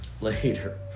later